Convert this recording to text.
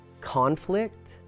conflict